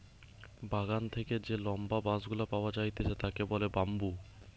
বাগান থেকে যে লম্বা বাঁশ গুলা পাওয়া যাইতেছে তাকে বলে বাম্বু